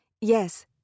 Yes